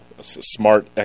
smart